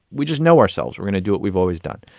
we just know ourselves we're going to do what we've always done.